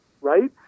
right